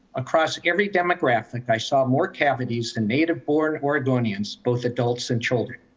across every demographic, i saw more cavities than native born or dominions, both adults and children.